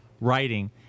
writing